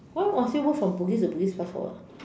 why must you walk from Bugis to Bugis Plus for what